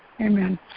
Amen